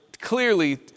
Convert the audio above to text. clearly